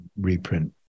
reprint